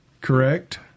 correct